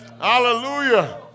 Hallelujah